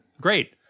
Great